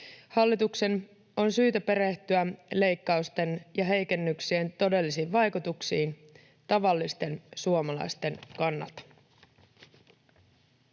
Hallituksen on syytä perehtyä leikkausten ja heikennyksien todellisiin vaikutuksiin tavallisten suomalaisten kannalta.